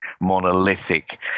monolithic